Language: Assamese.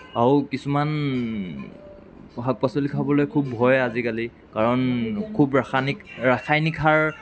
আৰু কিছুমান শাক পাচলি খাবলৈ খুব ভয় আজিকালি কাৰণ খুব ৰাসায়নিক ৰাসায়নিক সাৰ